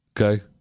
Okay